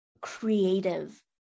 creative